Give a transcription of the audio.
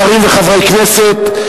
שרים וחברי כנסת,